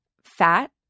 fat